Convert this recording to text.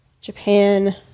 Japan